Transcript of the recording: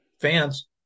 fans